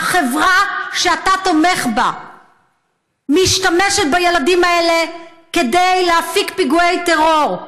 החברה שאתה תומך בה משתמשת בילדים האלה כדי להפיק פיגועי טרור.